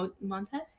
montez